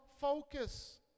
focus